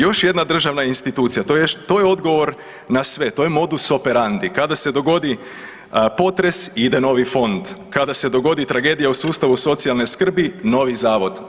Još jedna državna institucija, to je još, to je odgovor na sve, to je modus operandi kada se dogodi potres ide novi fond, kada se dogodi tragedija u sustavu socijalne skrbi novi zavod.